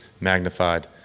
magnified